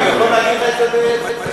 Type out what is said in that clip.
מתי היא התקבלה?